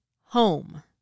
home